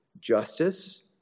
Justice